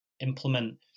implement